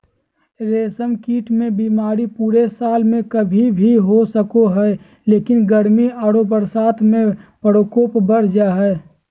रेशम कीट मे बीमारी पूरे साल में कभी भी हो सको हई, लेकिन गर्मी आरो बरसात में प्रकोप बढ़ जा हई